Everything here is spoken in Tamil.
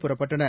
புறப்பட்டன